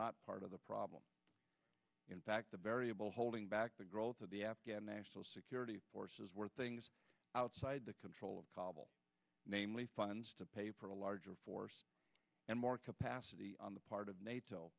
not part of the problem in fact the variable holding back the growth of the afghan national security forces were things outside the control of kabul namely funds to pay for a larger force and more capacity on the part of nato